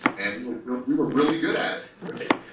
and we were we were really good at it. right.